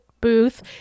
booth